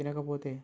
తినకపోతే